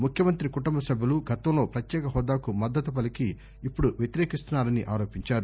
ముఖ్యమంతి కుటుంబ సభ్యులు గతంలో పత్యేక హోదాకు మద్దతు పలికి ఇప్పుడు వ్యతిరేకిస్తున్నారని ఆరోపించారు